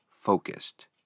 Focused